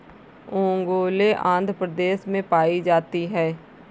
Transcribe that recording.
ओंगोले आंध्र प्रदेश में पाई जाती है